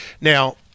Now